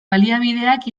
baliabideak